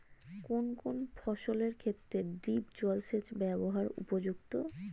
কোন কোন ফসলের ক্ষেত্রে ড্রিপ জলসেচ ব্যবস্থা উপযুক্ত?